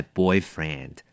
boyfriend